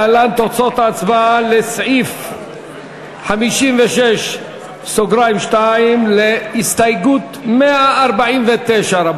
להלן תוצאות ההצבעה על הסתייגות 149 לסעיף 56(2): רבותי,